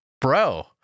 bro